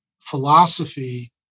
philosophy